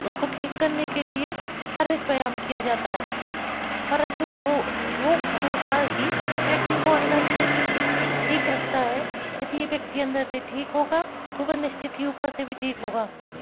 उसको ठीक करने के लिए शरीरिक व्यायाम किया जाता है परंतु योग हमेशा ही व्यक्ति को अंदर से ठीक रखता है यदि एक व्यक्ति अंदर से ठीक होगा तो वो निश्चित ही ऊपर से भी ठीक होगा